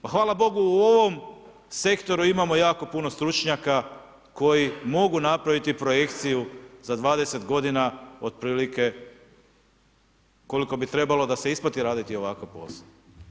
Pa hvala Bogu, u ovom sektoru imamo jako puno stručnjaka koji mogu napraviti projekciju za 20 g. otprilike koliko bi trebalo da se isplati raditi ovakav posao.